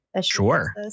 Sure